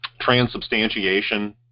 transubstantiation